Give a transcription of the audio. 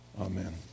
amen